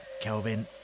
Kelvin